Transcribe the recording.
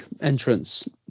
entrance